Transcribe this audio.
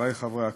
חברי חברי הכנסת,